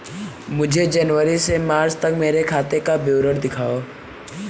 मुझे जनवरी से मार्च तक मेरे खाते का विवरण दिखाओ?